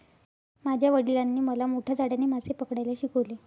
माझ्या वडिलांनी मला मोठ्या जाळ्याने मासे पकडायला शिकवले